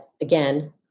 again